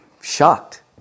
shocked